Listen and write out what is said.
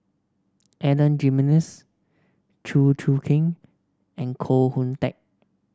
Adan Jimenez Chew Choo Keng and Koh Hoon Teck